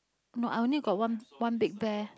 no I only got one one big bear